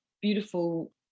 beautiful